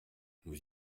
nous